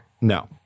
No